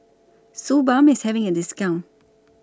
Suu Balm IS having A discount